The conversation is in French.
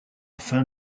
fin